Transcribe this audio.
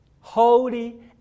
holy